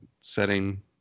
Setting